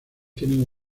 tienen